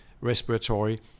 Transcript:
respiratory